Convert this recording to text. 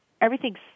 everything's